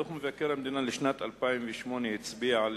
דוח מבקר המדינה לשנת 2008 הצביע על